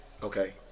Okay